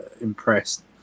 impressed